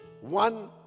one